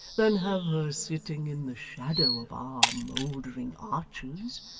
than have her sitting in the shadow of our mouldering arches.